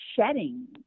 shedding